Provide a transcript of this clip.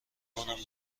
کنم